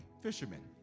Fishermen